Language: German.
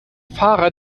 fahrer